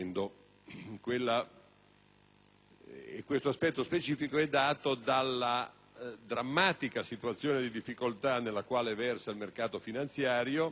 questo aspetto specifico è dato dalla drammatica situazione di difficoltà nella quale versa il mercato finanziario e